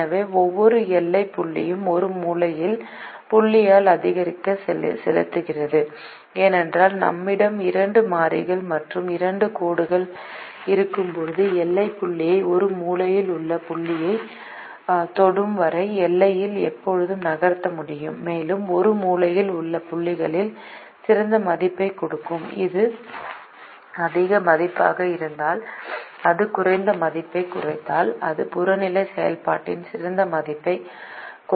எனவே ஒவ்வொரு எல்லை புள்ளியும் ஒரு மூலையில் புள்ளியால் ஆதிக்கம் செலுத்துகிறது ஏனென்றால் நம்மிடம் இரண்டு மாறிகள் மற்றும் இரண்டு கோடுகள் இருக்கும்போது எல்லை புள்ளியை ஒரு மூலையில் உள்ள புள்ளியைத் தொடும் வரை எல்லையில் எப்போதும் நகர்த்த முடியும் மேலும் ஒரு மூலையில் உள்ள புள்ளிகள் சிறந்த மதிப்பைக் கொடுக்கும் இது அதிக மதிப்பாக இருந்தால் அது குறைந்த மதிப்பைக் குறைத்தால் அது புறநிலை செயல்பாட்டின் சிறந்த மதிப்பைக் கொடுக்கும்